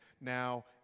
now